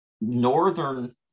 Northern